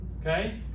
Okay